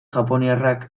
japoniarrak